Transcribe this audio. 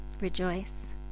rejoice